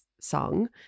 song